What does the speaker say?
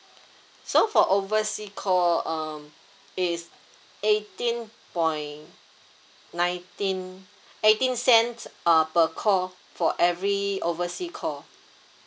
so for oversea call um it's eighteenth point nineteenth eighteen cents uh per call for every oversea call